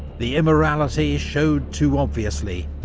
the immorality showed too obviously,